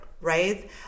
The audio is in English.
right